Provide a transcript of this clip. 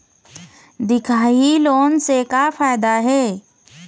दिखाही लोन से का फायदा हे?